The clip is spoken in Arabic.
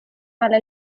على